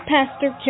Pastor